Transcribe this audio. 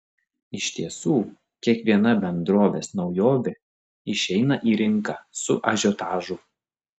iš tiesų kiekviena bendrovės naujovė išeina į rinką su ažiotažu